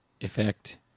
Effect